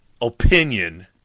opinion